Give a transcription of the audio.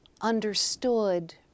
understood